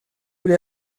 wedi